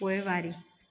पोइवारी